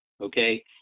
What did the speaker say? okay